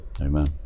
amen